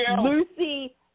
Lucy